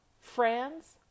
friends